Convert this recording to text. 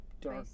dark